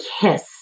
KISS